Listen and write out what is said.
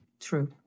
True